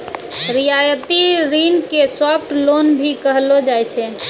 रियायती ऋण के सॉफ्ट लोन भी कहलो जाय छै